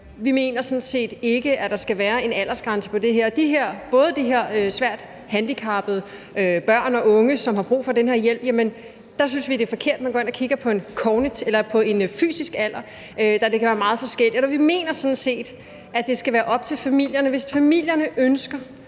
vi mener sådan set ikke, at der skal være en aldersgrænse på det her. I forhold til de her svært handicappede børn og unge, som har brug for den her hjælp, synes vi, det er forkert, at man går ind og kigger på fysisk alder, da det kan være meget forskelligt. Og vi mener sådan set, at det skal være op til familierne. Hvis familierne ønsker